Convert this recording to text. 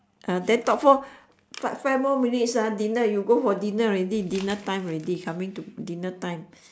ah then talk for five five more minutes ah dinner you go for dinner already dinner time already coming to dinner time